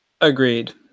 Agreed